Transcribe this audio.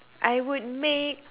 I would make